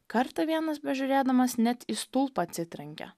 kartą vienas bežiūrėdamas net į stulpą atsitrenkė